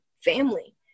family